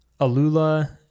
Alula